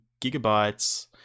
gigabytes